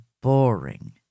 boring